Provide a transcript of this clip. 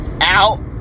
out